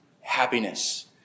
happiness